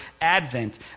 advent